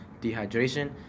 dehydration